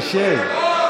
שב.